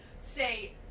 say